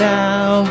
now